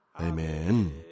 Amen